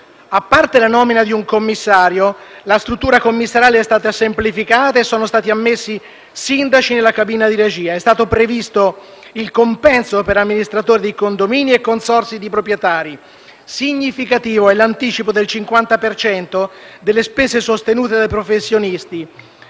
A parte la nomina di un commissario, la struttura commissariale è stata semplificata e nella cabina di regia sono stati ammessi i sindaci. È stato previsto il compenso per amministratori di condomini e consorzi di proprietari. Significativo è l’anticipo del 50 per cento delle spese sostenute dai professionisti.